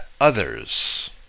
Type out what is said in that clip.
others